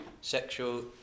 sexual